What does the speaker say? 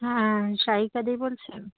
হ্যাঁ সারিকা দি বলছেন